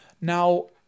Now